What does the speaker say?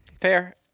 fair